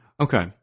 Okay